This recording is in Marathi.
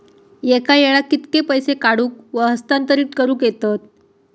एका वेळाक कित्के पैसे काढूक व हस्तांतरित करूक येतत?